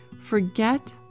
Forget